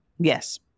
Yes